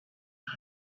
are